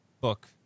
book